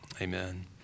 amen